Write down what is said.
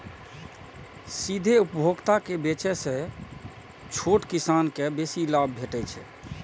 सीधे उपभोक्ता के बेचय सं छोट किसान कें बेसी लाभ भेटै छै